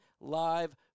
live